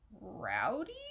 Rowdy